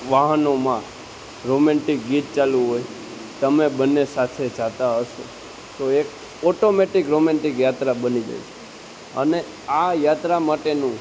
વાહનોમાં રોમેન્ટિક ગીત ચાલુ હોય તમે બંને સાથે જતાં હશો તો એક ઓટોમેટિક રોમેન્ટિક યાત્રા બની જાય છે અને આ યાત્રા માટેનું